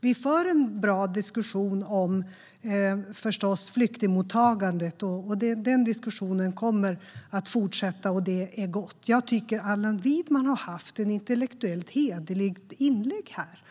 Vi för en bra diskussion om flyktingmottagandet, förstås, och den diskussionen kommer att fortsätta. Det är gott. Jag tycker att Allan Widman har gjort ett intellektuellt hederligt inlägg här.